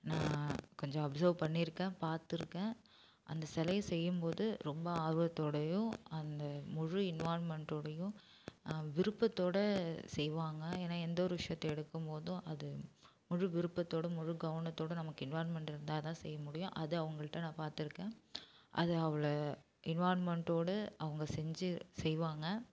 நான் கொஞ்சம் அப்சர்வ் பண்ணியிருக்கேன் பார்த்துருக்கேன் அந்த சிலைய செய்யும் போது ரொம்ப ஆர்வத்தோடையும் அந்த முழு இன்வால்வ்மெண்டோடையும் விருப்பத்தோட செய்வாங்க ஏன்னா எந்த ஒரு விஷயத்தை எடுக்கும் போதும் அது முழு விருப்பத்தோடும் முழு கவனத்தோடும் நமக்கு இன்வால்வ்மெண்ட் இருந்தால் தான் செய்ய முடியும் அது அவங்கள்ட்ட நான் பார்த்துருக்கேன் அது அவ்வளோ இன்வால்வ்மெண்டோட அவங்க செஞ்சு செய்வாங்க